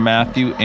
Matthew